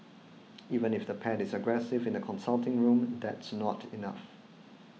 even if the pet is aggressive in the consulting room that's not enough